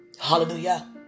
Hallelujah